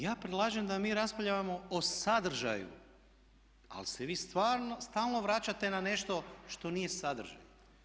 Ja predlažem da mi raspravljamo o sadržaju ali se vi stalno vraćate na nešto što nije sadržaj.